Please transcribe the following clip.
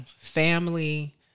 family